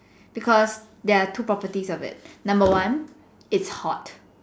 because there are two properties of it number one its hot